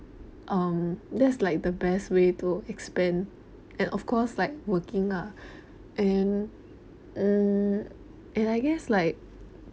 um that's like the best way to expand and of course like working ah and mm and I guess like